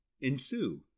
ensue